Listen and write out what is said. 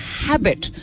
habit